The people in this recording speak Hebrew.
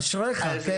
אשרייך.